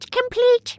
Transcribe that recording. complete